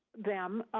them.